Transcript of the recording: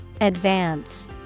Advance